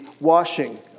washing